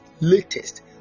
latest